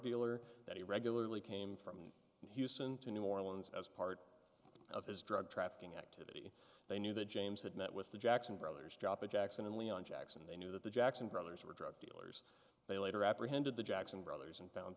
dealer that he regularly came from houston to new orleans as part of his drug trafficking act if they knew that james had met with the jackson brothers drop in jackson and leon jackson they knew that the jackson brothers were drug dealers they later apprehended the jackson brothers and found